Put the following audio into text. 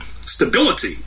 stability